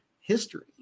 history